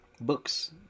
Books